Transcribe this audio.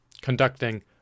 conducting